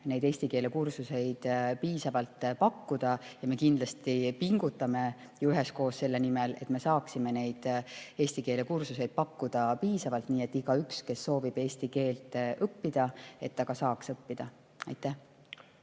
eesti keele kursuseid piisavalt pakkuda. Ja me kindlasti pingutame üheskoos selle nimel, et me saaksime neid eesti keele kursuseid pakkuda piisavalt, nii et igaüks, kes soovib eesti keelt õppida, ka saaks seda õppida. Aitäh!